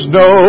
no